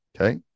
okay